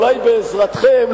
אולי בעזרתכם,